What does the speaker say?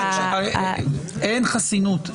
אין חסינות.